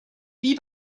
wie